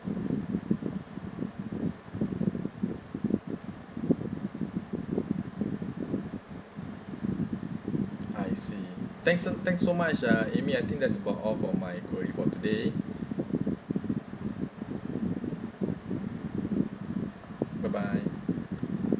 I see thanks so thanks so much ah amy I think that's about all for my queries for today bye bye